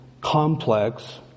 complex